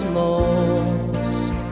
lost